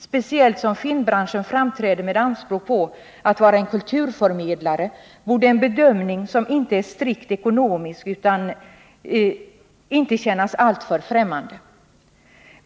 Då filmbranschen framträder med anspråk på att vara kulturförmedlare borde en bedömning som inte är strikt ekonomisk inte kännas alltför främmande.